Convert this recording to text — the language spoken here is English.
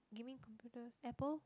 gaming computers Apple